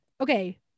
okay